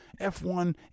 F1